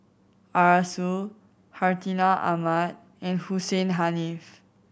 Arasu Hartinah Ahmad and Hussein Haniff